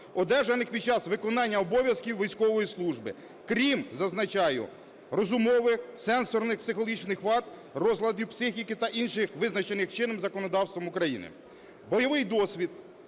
одержані під час виконання обов'язків військової служби. Крім, зазначаю, розумових, сенсорних, психологічних вад, розладів психіки та інших визначених чинним законодавством України.